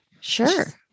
Sure